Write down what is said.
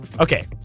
Okay